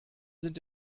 sind